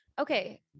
okay